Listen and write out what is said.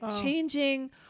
changing